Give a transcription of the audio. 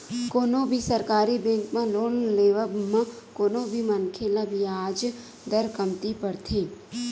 कोनो भी सरकारी बेंक म लोन के लेवब म कोनो भी मनखे ल बियाज दर कमती परथे